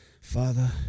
Father